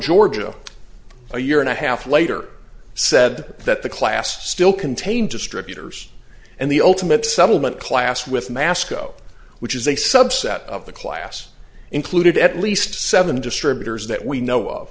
georgia a year and a half later said that the class still contained distributors and the ultimate settlement class with masco which is a subset of the class included at least seven distributors that we know of